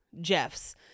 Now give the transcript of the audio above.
Jeffs